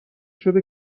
شده